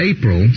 April